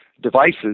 devices